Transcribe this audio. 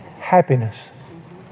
happiness